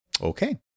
Okay